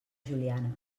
juliana